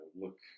look